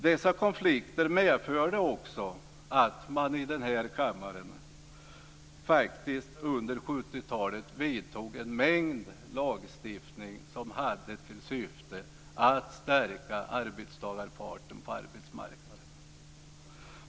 Dessa konflikter medförde också att man i den här kammaren under 70-talet vidtog en mängd lagstiftningsåtgärder som hade till syfte att stärka arbetstagarparten på arbetsmarknaden.